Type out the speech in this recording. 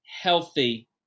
healthy